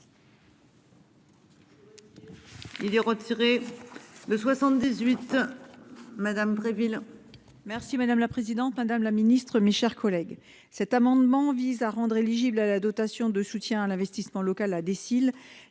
Il est retiré. Le 78. Madame Préville. Merci madame la présidente, madame la Ministre Michard collègues. Cet amendement vise à rendre éligibles à la dotation de soutien à l'investissement local a décile